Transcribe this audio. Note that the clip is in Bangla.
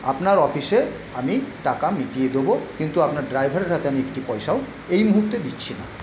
আপনার অফিসে আমি টাকা মিটিয়ে দেবো কিন্তু আপনার ড্রাইভারের হাতে আমি একটি পয়সাও এই মুহুর্তে দিচ্ছি না